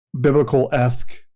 biblical-esque